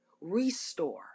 restore